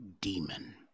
demon